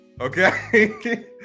okay